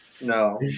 No